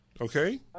Okay